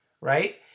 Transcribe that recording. right